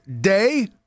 day